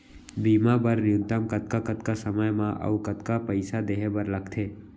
बीमा बर न्यूनतम कतका कतका समय मा अऊ कतका पइसा देहे बर लगथे